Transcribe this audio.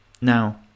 Now